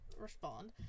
respond